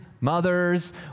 mothers